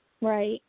Right